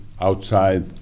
outside